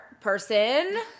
Person